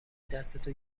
دستتو